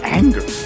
anger